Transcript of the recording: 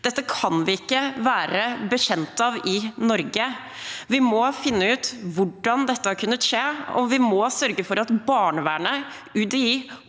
Dette kan vi ikke være bekjent av i Norge. Vi må finne ut hvordan dette har kunnet skje, og vi må sørge for at barnevernet, UDI